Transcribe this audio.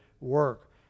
work